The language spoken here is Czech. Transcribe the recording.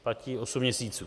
Platí osm měsíců.